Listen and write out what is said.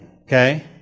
okay